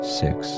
six